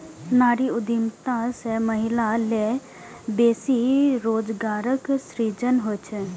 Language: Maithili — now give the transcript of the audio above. नारी उद्यमिता सं महिला लेल बेसी रोजगारक सृजन होइ छै